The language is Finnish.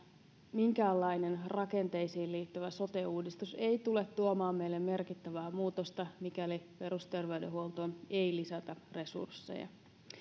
minkäänlainen rakenteisiin liittyvä sote uudistus ei tule tuomaan meille merkittävää muutosta mikäli perusterveydenhuoltoon ei lisätä resursseja